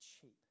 cheap